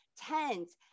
tens